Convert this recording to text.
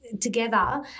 together